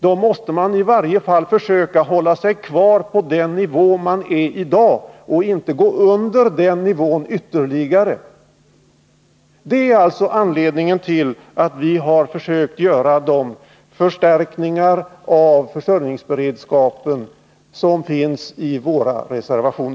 Man måste i varje fall försöka hålla kvar den nivå som finns i dag och inte gå under den. Det är anledningen till att vi socialdemokrater har försökt göra de förstärkningar av försörjningsberedskapen som återspeglas i våra reservationer.